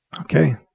Okay